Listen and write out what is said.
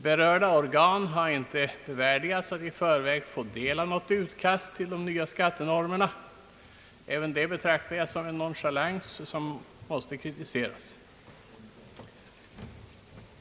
Berörda organ har inte bevärdigats att i förväg få del av ett utkast till de nya skattenormerna — även det betraktar jag som en nonchalans vilken starkt måste kritiseras.